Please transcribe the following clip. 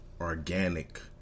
organic